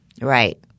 right